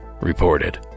reported